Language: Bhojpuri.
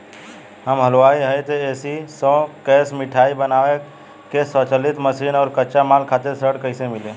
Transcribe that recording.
हम हलुवाई हईं त ए.सी शो कैशमिठाई बनावे के स्वचालित मशीन और कच्चा माल खातिर ऋण कइसे मिली?